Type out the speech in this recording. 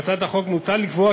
בהצעת החוק מוצע לקבוע,